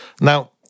Now